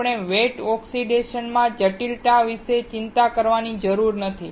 આપણે વેટ ઓક્સિડેશનમાં જટિલતા વિશે ચિંતા કરવાની જરૂર નથી